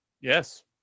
Yes